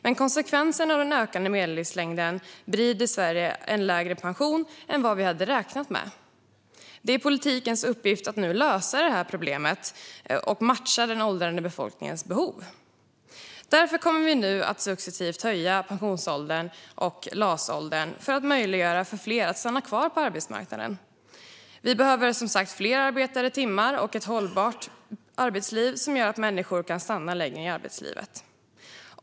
Men konsekvensen av den ökande medellivslängden blir dessvärre en lägre pension än vad vi hade räknat med. Det är politikens uppgift att nu lösa det här problemet och matcha den åldrade befolkningens behov. Därför kommer vi nu att successivt höja pensionsåldern och LAS-åldern, för att möjliggöra för fler att stanna kvar på arbetsmarknaden. Vi behöver som sagt fler arbetade timmar och ett hållbart arbetsliv som gör att människor kan stanna längre i arbetslivet.